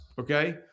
Okay